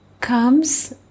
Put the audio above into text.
comes